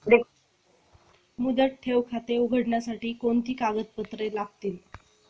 मुदत ठेव खाते उघडण्यासाठी कोणती कागदपत्रे लागतील?